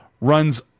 runs